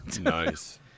Nice